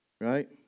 Right